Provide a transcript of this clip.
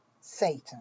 Satan